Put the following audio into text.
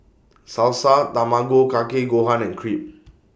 Salsa Tamago Kake Gohan and Crepe